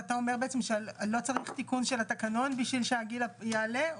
אתה אומר שלא צריך תיקון של התקנון בשביל שהגיל יעלה?